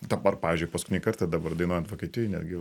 dabar pavyzdžiui paskutinį kartą dabar dainuojant vokietijoj netgi